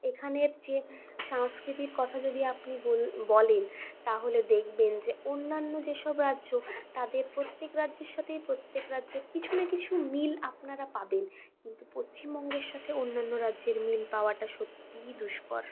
এখানের যেসংস্কৃতির কথা যদি আপনি বল বলেন তাহলে দেখবেন যে অন্যান্য যে সব রাজ্য তাদের প্রত্যেক রাজ্যের সাথেই প্রত্যেক রাজ্যের কিছু না কিছু মিল আপনারা পাবেন কিন্তু পশ্চিমবঙ্গের সাথে অন্যান্য রাজ্যের মিল পাওয়াটা সত্যিই দুষ্কর